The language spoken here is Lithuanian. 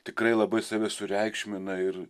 tikrai labai save sureikšmina ir